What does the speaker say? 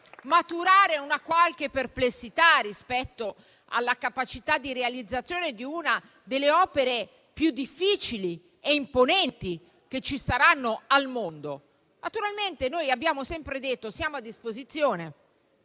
maturare una qualche perplessità rispetto alla capacità di realizzazione di una delle opere più difficili e imponenti che ci saranno al mondo. Naturalmente, abbiamo sempre detto di essere a disposizione